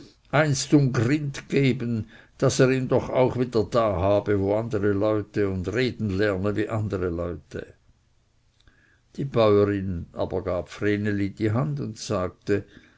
zum grind geben daß er ihn doch auch wieder da habe wo andere leute und reden lerne wie andere leute die bäurin aber gab vreneli die hand und sagte